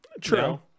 True